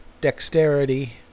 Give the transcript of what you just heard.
dexterity